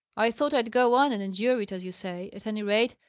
i thought i'd go on and endure it, as you say at any rate,